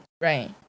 right